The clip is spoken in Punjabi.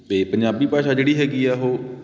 ਅਤੇ ਪੰਜਾਬੀ ਭਾਸ਼ਾ ਜਿਹੜੀ ਹੈਗੀ ਆ ਉਹ